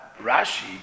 Rashi